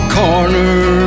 corner